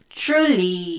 truly